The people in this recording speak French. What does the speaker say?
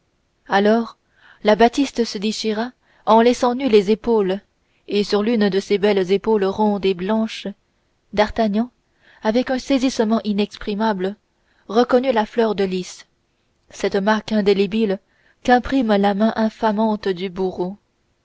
alors la batiste se déchira en laissant à nu les épaules et sur l'une de ces belles épaules rondes et blanches d'artagnan avec un saisissement inexprimable reconnut la fleur de lis cette marque indélébile qu'imprime la main infamante du bourreau